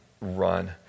Run